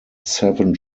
seven